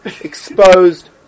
exposed